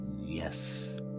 yes